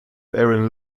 baron